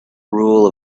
rule